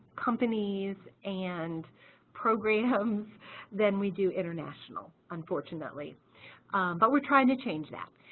companies and programs then we do internatonal unfortunately but we're trying to change that.